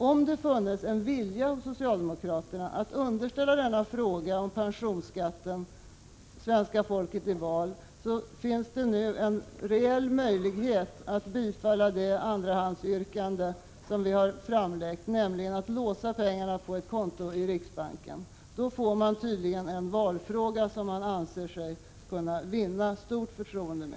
Om det funnits en vilja hos socialdemokraterna att underställa frågan om pensionsskatten svenska folket i val, finns det nu en reell möjlighet att bifalla det andrahandsyrkande som vi har framlagt, nämligen att låsa pengarna på ett konto i riksbanken. Då finge man en valfråga som man kunde vinna stort förtroende på.